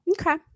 Okay